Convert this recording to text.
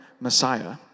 Messiah